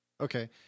Okay